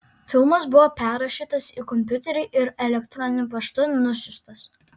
filmas buvo perrašytas į kompiuterį ir elektroniniu paštu nusiųstas